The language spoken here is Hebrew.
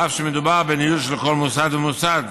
אף שמדובר בניהול של כל מוסד ומוסד,